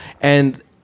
and-